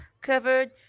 covered